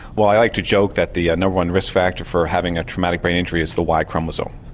well i like to joke that the no. one risk factor for having a traumatic brain injury is the y chromosome.